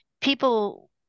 people